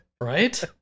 right